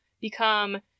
become